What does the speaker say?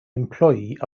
employee